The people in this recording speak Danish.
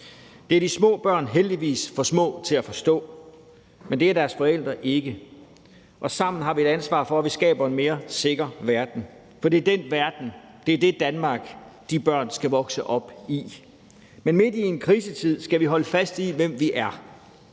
Det er de små børn heldigvis for små til at forstå, men det er deres forældre ikke, og sammen har vi et ansvar for, at vi skaber en mere sikker verden, for det er den verden, og det er det Danmark, de børn skal vokse op i. Men midt i en krisetid skal vi holde fast i, hvem vi er.